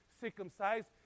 circumcised